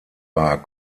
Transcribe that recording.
war